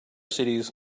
cities